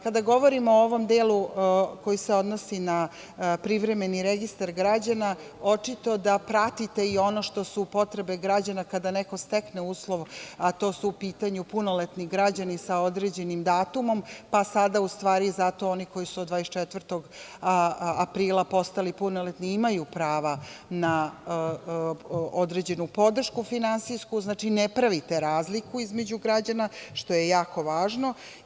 Kada govorimo o ovom delu koji se odnosi na privremeni registar građana, očito da pratite i ono što su potrebe građana kada neko stekne uslov, a to su u pitanju punoletni građani sa određenim datumom, pa sada u stvari zato oni koji su od 24. aprila postali punoletni imaju prava na određenu finansijsku podršku, znači, ne pravite razliku između građana, što je jako važno.